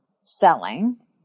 selling